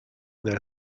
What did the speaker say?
their